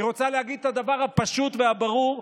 היא רוצה להגיד את הדבר הפשוט והברור,